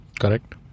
Correct